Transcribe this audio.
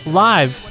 live